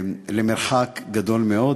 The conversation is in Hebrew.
למרחק גדול מאוד.